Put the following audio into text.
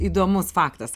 įdomus faktas